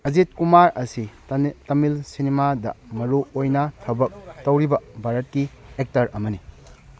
ꯑꯖꯤꯠ ꯀꯨꯃꯥꯔ ꯑꯁꯤ ꯇꯥꯃꯤꯜ ꯁꯤꯅꯦꯃꯥꯗ ꯃꯔꯨ ꯑꯣꯏꯅ ꯊꯕꯛ ꯇꯧꯔꯤꯕ ꯚꯥꯔꯠꯀꯤ ꯑꯦꯛꯇꯔ ꯑꯃꯅꯤ